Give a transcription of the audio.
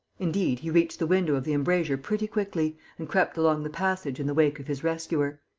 indeed, he reached the window of the embrasure pretty quickly and crept along the passage in the wake of his rescuer.